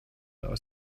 aus